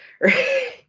right